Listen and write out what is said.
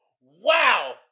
Wow